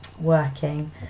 working